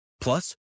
Plus